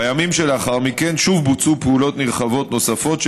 בימים שלאחר מכן שוב בוצעו פעולות נרחבות נוספות,